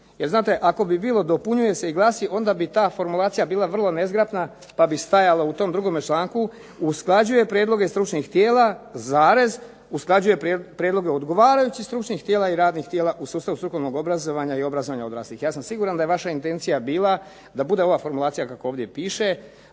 Jer znate, ako bi bilo dopunjuje se i glasi onda bi ta formulacija bila vrlo nezgrapna pa bi stajalo u tom 2. članku "usklađuje prijedloge stručnih tijela, usklađuje prijedloge odgovarajućih stručnih tijela i radnih tijela u sustavu strukovnog obrazovanja i obrazovanja odraslih". Ja sam siguran da je vaša intencija bila da bude ova formulacija kako ovdje piše